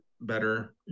better